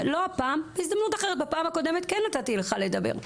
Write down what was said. לא הפעם כי בפעם הקודמת נתתי לך לדבר,